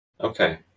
Okay